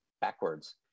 backwards